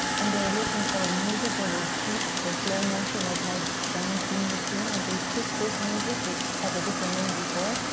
and they were looking for a music that would fit the slow motion of my balance beam routine, and they picked this music which had a different name before.